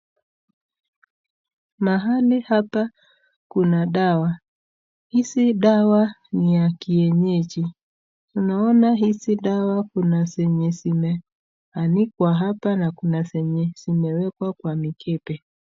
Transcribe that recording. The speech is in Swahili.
Mahali hapa kuna dawa. Hizi dawa ni ya kienyeji. Naona hizi dawa kuna zenye zimeanikwa hapa na kuna zenye zimewekwa kwa mikebe.